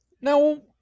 Now